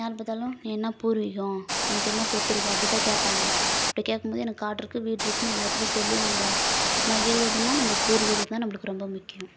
யாரை பார்த்தாலும் நீ என்ன பூர்வீகோம் உனக்கு என்ன சொத்து இருக்கு அப்படிதான் கேட்பாங்க அப்படி கேட்கும்போது எனக்கு காடுருக்கு வீடுருக்குனு எல்லாத்திட்டியும் சொல்லி நம்ப மகிழ்வதுனா நம்ம பூர்வீகோந்தான் நம்பளுக்கு ரொம்ப முக்கியம்